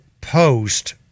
post